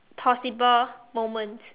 possible moment